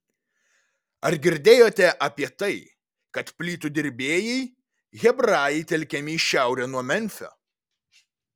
ar girdėjote apie tai kad plytų dirbėjai hebrajai telkiami į šiaurę nuo memfio